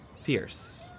Fierce